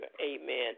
amen